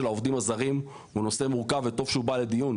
העובדים הזרים הוא נושא מורכב וטוב שהוא בא לדיון.